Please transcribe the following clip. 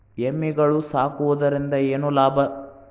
ಎಮ್ಮಿಗಳು ಸಾಕುವುದರಿಂದ ಏನು ಲಾಭ?